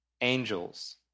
angels